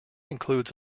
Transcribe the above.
includes